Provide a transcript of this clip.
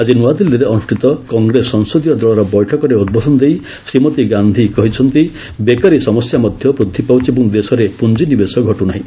ଆକି ନୂଆଦିଲ୍ଲୀରେ ଅନୁଷ୍ଠିତ କଂଗ୍ରେସ ସଂସଦୀୟ ଦଳର ବୈଠକରେ ଉଦ୍ବୋଧନ ଦେ ଶ୍ରୀମତୀ ଗାନ୍ଧି କହିଛନ୍ତି ବେକାରୀ ସମସ୍ୟା ମଧ୍ୟ ବୃଦ୍ଧି ପାଉଛି ଏବଂ ଦେଶରେ ପୁଞ୍ଜିନିବେଶ ଘଟୁ ନାହିଁ